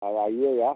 आप आइयेगा